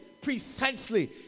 precisely